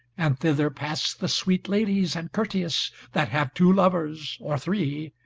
and thither pass the sweet ladies and courteous that have two lovers, or three,